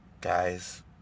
Guys